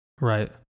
right